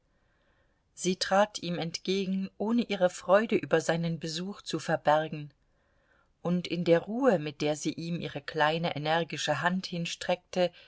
sie trat ihm entgegen ohne ihre freude über seinen besuch zu verbergen und in der ruhe mit der sie ihm ihre kleine energische hand hinstreckte